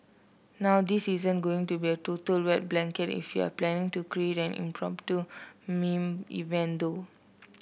now this isn't going to be a total wet blanket if you're planning to create an impromptu meme event though